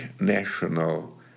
national